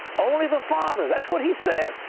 only the father. that's what he said.